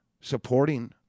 supporting